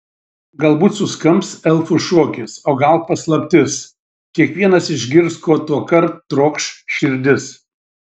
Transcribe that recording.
galbūt suskambs elfų šokis o gal paslaptis kiekvienas išgirs ko tuokart trokš širdis